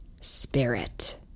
spirit